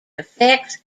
affects